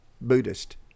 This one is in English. Buddhist